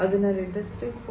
അതിനാൽ ഇൻഡസ്ട്രി 4